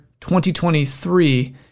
2023